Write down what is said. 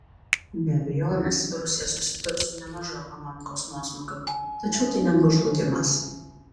be abejonės rusija susidurs su nemažu ekonomikos nuosmukiu tačiau tai nebus žlugimas